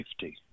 safety